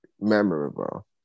memorable